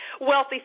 Wealthy